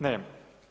Nema.